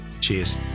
Cheers